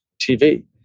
TV